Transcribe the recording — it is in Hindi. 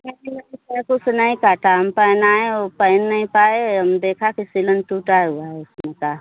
कैंची वैची चाकू से नहीं काटा हम पहनाए ओ पहन नहीं पाए हम देखा कि सिलन टूटा हुआ है इसमें का